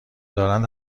دارند